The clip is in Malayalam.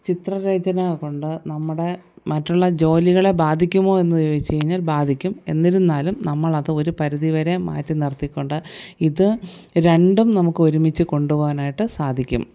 ചിത്രരചന കൊണ്ട് നമ്മുടെ മറ്റുള്ള ജോലികളെ ബാധിക്കുമോ എന്ന് ചോദിച്ച് കഴിഞ്ഞാൽ ബാധിക്കും എന്നിരുന്നാലും നമ്മൾ അത് ഒരു പരിധി വരെ മാറ്റി നിർത്തിക്കൊണ്ട് ഇത് രണ്ടും നമുക്ക് ഒരുമിച്ച് കൊണ്ടുപോകാനായിട്ട് സാധിക്കും